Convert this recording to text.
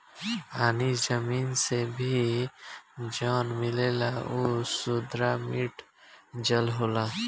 पानी जमीन से भी जवन मिलेला उ सुद्ध मिठ जल होला